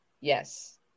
Yes